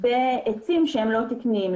בעצים לא תקניים,